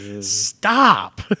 Stop